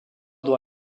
doit